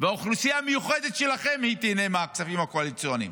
האוכלוסייה המיוחדת שלכם היא שתיהנה מהכספים הקואליציוניים.